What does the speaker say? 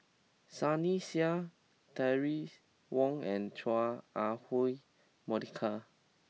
Sunny Sia Terry Wong and Chua Ah Huwa Monica